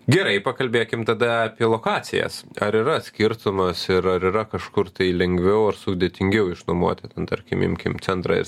gerai pakalbėkim tada apie lokacijas ar yra skirtumas ir ar yra kažkur tai lengviau ar sudėtingiau išnuomoti ten tarkim imkim centrą ir